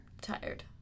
tired